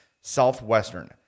Southwestern